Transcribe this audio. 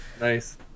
nice